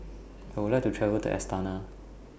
I Would like to travel to Astana